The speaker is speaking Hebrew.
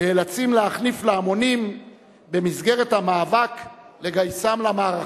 נאלצים להחניף להמונים במסגרת המאבק לגייסם למערכה.